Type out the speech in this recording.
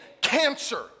cancer